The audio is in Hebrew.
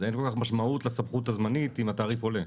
אז אין כל כך משמעות לסמכות הזמנית אם התעריף עולה.